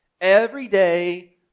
everyday